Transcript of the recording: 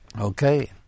Okay